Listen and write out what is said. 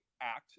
act